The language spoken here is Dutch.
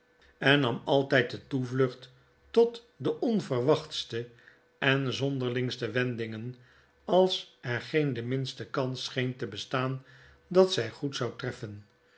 en nam altyd de toevlucht tot de onverwachtste en zonderlingste wendingen als er geen de minste kans scheen te bestaan dat zy goed zou treffen